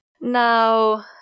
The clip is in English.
Now